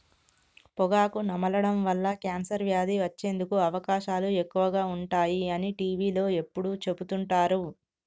పొగాకు నమలడం వల్ల కాన్సర్ వ్యాధి వచ్చేందుకు అవకాశాలు ఎక్కువగా ఉంటాయి అని టీవీలో ఎప్పుడు చెపుతుంటారు